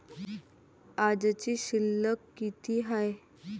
आजची शिल्लक किती हाय?